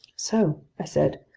so, i said,